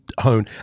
hone